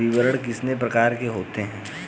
विपणन कितने प्रकार का होता है?